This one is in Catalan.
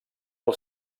del